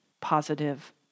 positive